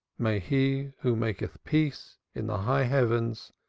may he who maketh peace in the high heavens,